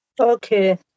Okay